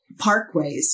Parkways